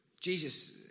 Jesus